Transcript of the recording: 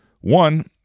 One